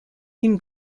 une